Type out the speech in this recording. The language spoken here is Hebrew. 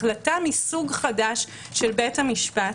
החלטה מסוג חדש של בית המשפט,